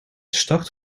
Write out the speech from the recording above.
start